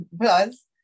plus